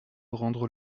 rendre